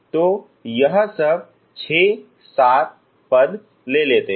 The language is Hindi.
तो यह सब 6 7 पद लेते हैं